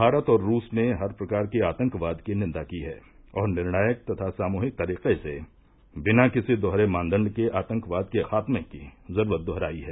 भारत और रूस ने हर प्रकार के आतंकवाद की निंदा की है और निर्णायक तथा सामूहिक तरीके से बिना किसी दोहरे मानदंड के आतंकवाद के खात्मे की जरूरत दोहराई है